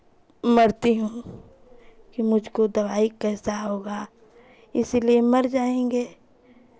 मरती हूँ मुझको दवाई कैसा होगा इसलिए मर जाएंगे